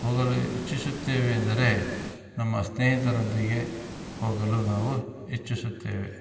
ಹೋಗಲು ಇಚ್ಛಿಸುತ್ತೇವೆ ಎಂದರೆ ನಮ್ಮ ಸ್ನೇಹಿತರೊಂದಿಗೆ ಹೋಗಲು ನಾವು ಇಚ್ಛಿಸುತ್ತೇವೆ